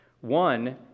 One